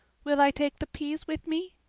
will i take the peas with me?